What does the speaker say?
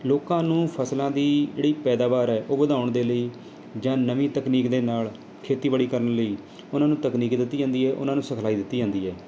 ਲੋਕਾਂ ਨੂੰ ਫ਼ਸਲਾਂ ਦੀ ਜਿਹੜੀ ਪੈਦਾਵਾਰ ਹੈ ਉਹ ਵਧਾਉਣ ਦੇ ਲਈ ਜਾਂ ਨਵੀਂ ਤਕਨੀਕ ਦੇ ਨਾਲ਼ ਖੇਤੀਬਾੜੀ ਕਰਨ ਲਈ ਉਹਨਾਂ ਨੂੰ ਤਕਨੀਕ ਦਿੱਤੀ ਜਾਂਦੀ ਹੈ ਉਹਨਾਂ ਨੂੰ ਸਿਖਲਾਈ ਦਿੱਤੀ ਜਾਂਦੀ ਹੈ